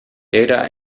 data